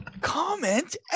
comment